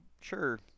sure